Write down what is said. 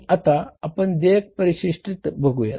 आता आपण मिळकत परिशिष्ट बघुयात